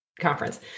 conference